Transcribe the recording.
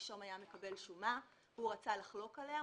הנישום היה מקבל שומה ואם רצה לחלוק עליה,